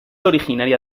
originaria